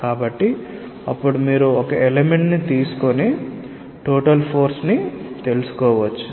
కాబట్టి అప్పుడు మీరు ఒక ఎలెమెంట్ ని తీసుకొని టోటల్ ఫోర్స్ ని తెలుసుకోవచ్చు